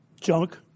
junk